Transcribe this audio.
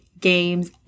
Games